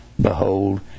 behold